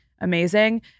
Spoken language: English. amazing